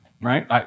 right